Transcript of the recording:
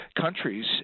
countries